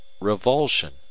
revulsion